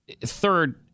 third